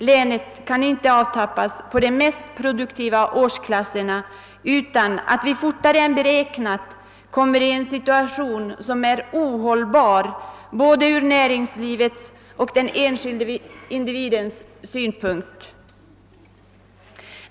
Länet kan inte avtappas på de mest produktiva årsklasserna utan att vi tidigare än beräknat kommer i en situation som är ohållbar både ur näringslivets och ur den enskilda individens synpunkt.